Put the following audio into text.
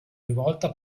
rivolta